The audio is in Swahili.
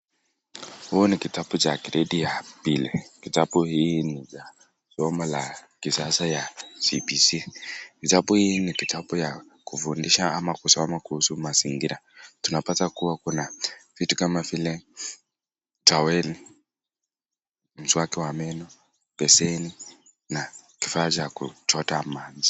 Huu ni kitabu cha gredi ya pili. Kitabu hii ni ya somo la kisasa ya CBC. Kitabu hii ni kitabu ya kufundisha kusoma kuhusu mazingira. Tunapata kuwa kuna vitu kama vile taweli, mswaki wa meno, beseni na kifaa cha kuchota maji.